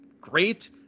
great